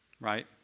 right